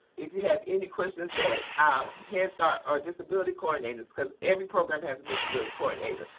if you have any questions that ah head start or disability coordinators, because every program has a disability coordinator,